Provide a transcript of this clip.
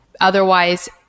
Otherwise